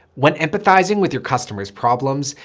when empathizing with your customer's problems,